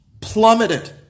Plummeted